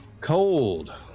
Cold